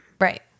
Right